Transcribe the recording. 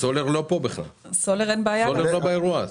הסולר לא פה בכלל, הוא לא באירוע הזה,